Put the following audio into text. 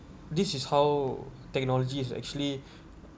this is how technology is actually